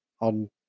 on